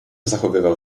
zachowywał